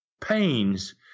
pains